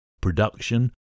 production